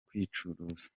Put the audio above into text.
kwicuruza